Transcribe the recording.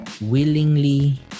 willingly